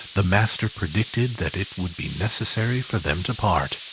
the master predicted that it would be necessary for them to part.